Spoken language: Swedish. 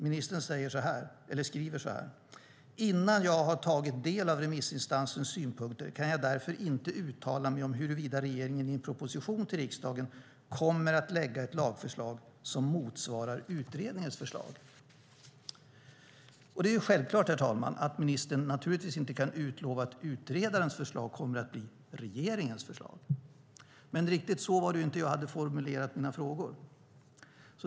Ministern skriver så här: Innan jag har tagit del av remissinstansernas synpunkter kan jag därför inte uttala mig om huruvida regeringen i en proposition till riksdagen kommer att lägga fram ett lagförslag som motsvarar utredningens förslag. Det är självklart, herr talman, att ministern inte kan utlova att utredarens förslag kommer att bli regeringens förslag. Men riktigt så var det inte som jag hade formulerat mina frågor.